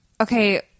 Okay